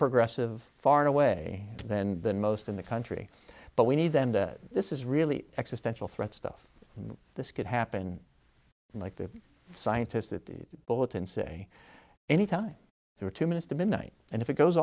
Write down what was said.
progressive far away then than most in the country but we need them that this is really existential threat stuff this could happen like the scientists at the bulletin say any time there are two minutes to midnight and if it goes